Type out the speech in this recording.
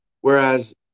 Whereas